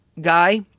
guy